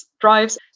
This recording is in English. drives